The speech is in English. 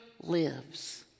lives